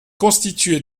constituée